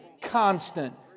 constant